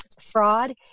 fraud